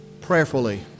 Prayerfully